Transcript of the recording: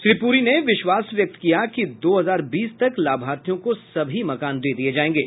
श्री पुरी ने विश्वास व्यक्त किया कि दो हजार बीस तक लाभार्थियों को सभी मकान दे दिए जाएंगे